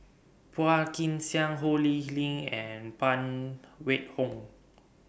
Phua Kin Siang Ho Lee Ling and Phan Wait Hong